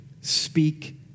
speak